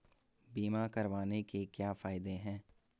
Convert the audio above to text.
बीमा करवाने के क्या फायदे हैं?